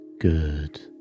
Good